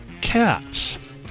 cats